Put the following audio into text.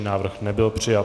Návrh nebyl přijat.